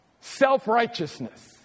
self-righteousness